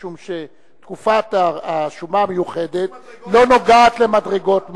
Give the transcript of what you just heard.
משום שתקופת השומה המיוחדת לא קשורה למדרגות מס,